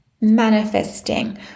manifesting